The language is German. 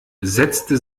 setzte